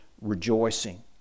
rejoicing